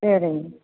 சரிங்